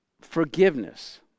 Forgiveness